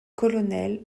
colonel